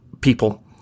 people